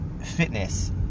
fitness